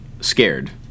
scared